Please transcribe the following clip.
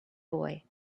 boy